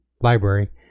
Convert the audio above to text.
Library